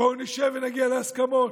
בואו נישב ונגיע להסכמות,